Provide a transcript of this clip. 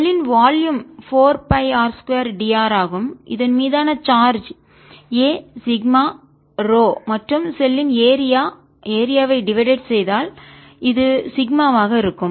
ஷெல்லின் volume 4 r 2 d r ஆகும் இதன் மீதான சார்ஜ் a சிக்மா ரோ மற்றும் ஷெல்லின் ஏரியா ஐ டிவைடட் செய்தால் இது சிக்மாவாக இருக்கும்